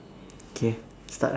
okay start ah